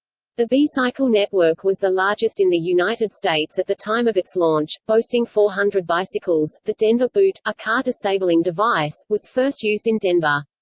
the b-cycle network was the largest in the united states at the time of its launch, boasting four hundred bicycles the denver boot, a car-disabling device, was first used in denver.